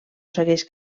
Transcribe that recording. segueix